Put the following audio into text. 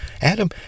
Adam